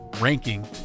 ranking